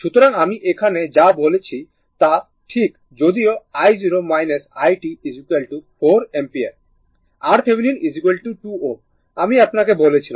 সুতরাং আমি এখানে যা বলেছি তা ঠিক যদিও i0 it 4 অ্যাম্পিয়ার RThevenin 2 Ω আমি আপনাকে বলেছিলাম